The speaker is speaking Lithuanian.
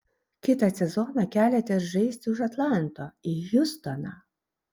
kitą sezoną keliatės žaisti už atlanto į hjustoną